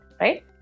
right